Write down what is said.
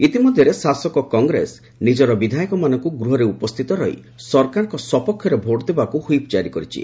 ଇତିମଧ୍ୟରେ ଶାସକ କଂଗ୍ରେସ ନିଜର ବିଧାୟକମାନଙ୍କୁ ଗୃହରେ ଉପସ୍ଥିତ ରହି ସରକାରଙ୍କ ସପକ୍ଷରେ ଭୋଟ ଦେବାକୁ ହ୍ୱିପ୍ ଜାରି କରିଛି